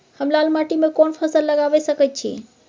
हम लाल माटी में कोन फसल लगाबै सकेत छी?